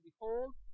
Behold